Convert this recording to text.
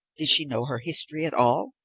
did she know her history at all?